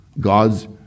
God's